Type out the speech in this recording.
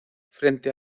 frente